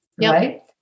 right